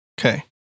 Okay